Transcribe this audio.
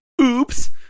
oops